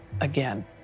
again